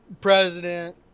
president